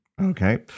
Okay